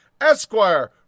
Esquire